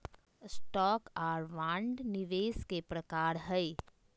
stock आर bond निवेश के प्रकार हय